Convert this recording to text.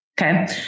Okay